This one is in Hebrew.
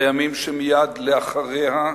בימים שמייד לאחריה,